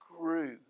grew